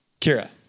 Kira